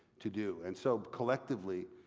to do. and so, collectively,